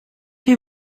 chi